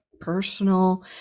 personal